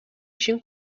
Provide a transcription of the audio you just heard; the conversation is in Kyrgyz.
ишин